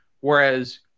Whereas